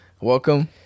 welcome